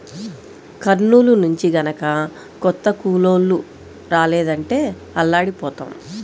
కర్నూలు నుంచి గనక కొత్త కూలోళ్ళు రాలేదంటే అల్లాడిపోతాం